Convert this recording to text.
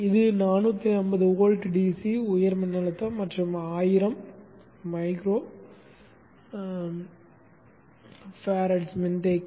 இது 450 volt DC உயர் மின்னழுத்தம் மற்றும் ஆயிரம் மைக்ரோ ஃபாரட்ஸ் மின்தேக்கி